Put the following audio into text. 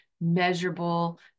measurable